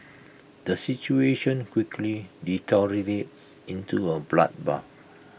the situation quickly deteriorates into A bloodbath